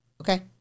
Okay